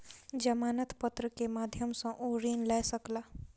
जमानत पत्र के माध्यम सॅ ओ ऋण लय सकला